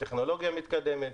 בטכנולוגיה מתקדמת,